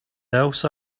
else